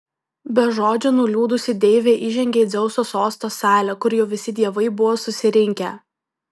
be žodžio nuliūdusi deivė įžengė į dzeuso sosto salę kur jau visi dievai buvo susirinkę